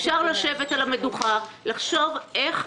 אפשר לשבת על המדוכה, לחשוב איך